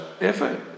effort